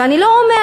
ואני לא אומרת,